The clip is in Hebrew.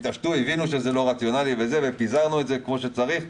הם התעשתו והבינו שזה לא רציונלי ופיזרנו את הציוד כפי שצריך.